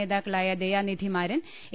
നേതാക്കളായ ദയാനിധി മാരൻ എ